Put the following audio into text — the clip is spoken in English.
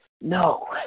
No